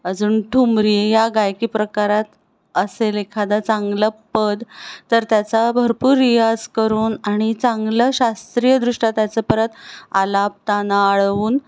अजून ठुमरी या गायकी प्रकारात असेल एखादा चांगलं पद तर त्याचा भरपूर रियाज करून आणि चांगलं शास्त्रीयदृष्ट्या त्याचं परत आलाप ताना आळवून